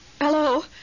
Hello